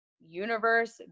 universe